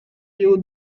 you